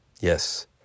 Yes